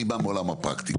אני בא מהעולם הפרקטי.